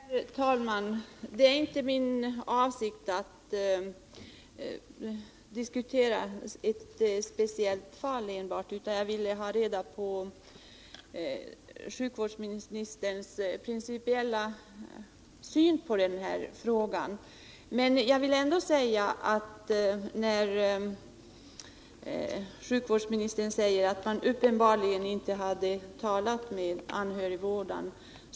Herr talman! Det var inte min avsikt att vi enbart skulle diskutera ett speciellt fall, utan jag ville få reda på sjukvårdsministerns principiella syn på denna fråga. Sjukvårdsministern sade att man i det aktuella fallet uppenbarligen inte hade talat med anhörigvårdaren.